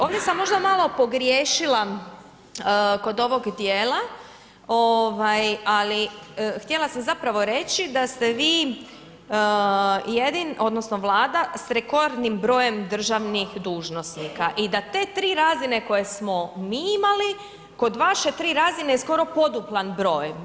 Ovdje sam možda malo pogriješila kod ovog dijela ovaj ali htjela sam zapravo reći da ste vi jedini, odnosno Vlada s rekordnim brojem državnih dužnosnika i da te tri razine koje smo mi imali, kod vaše tri razine je skoro poduplan broj.